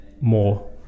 more